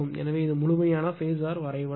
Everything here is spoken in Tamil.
எனவே இது முழுமையான பேஸர் வரைபடம்